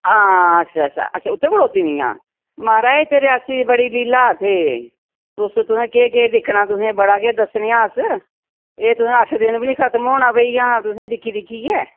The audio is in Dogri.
हां अच्छा अच्छा अच्छा उत्थै खड़ोती दियां महाराज इत्थैं रियासी दी बड़ी लीला इत्थें तुस तुसें केह् केह् दिक्खना तुसें बड़ा किश दस्सने आं अस एह् तुसें अट्ठ दिन बी नेईं खतम होना पेई हां तुसें दिक्खी दिक्खियै